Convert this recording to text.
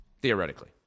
theoretically